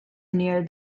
near